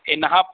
इनखां